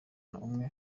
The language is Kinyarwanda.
umwe